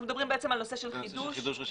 אנחנו מדברים על נושא של חידוש רישיון.